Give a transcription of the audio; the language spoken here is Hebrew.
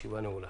הישיבה נעולה.